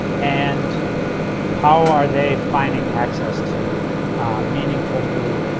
and how are they finding access to meaningful new